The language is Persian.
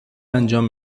انجام